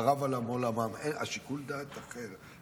שחרב עליהם עולמם, שיקול הדעת אחר.